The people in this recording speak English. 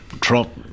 Trump